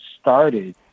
started